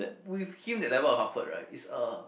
we feel the level of comfort right is a